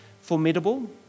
formidable